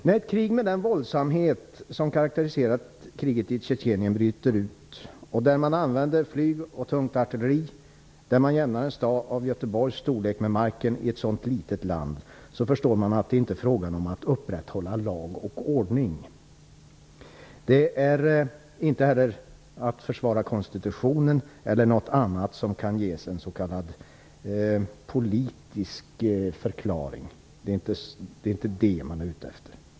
När ett krig med den våldsamhet som karakteriserar kriget i Tjetjenien bryter ut, där flyg och tungt artilleri används och där en stad av Göteborgs storlek jämnas med marken i ett så litet land, förstår man att det inte är frågan om att upprätthålla lag och ordning. Det är inte heller försvar av konstitutionen eller något annat som kan ges en s.k. politisk förklaring som man är ute efter.